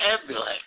ambulance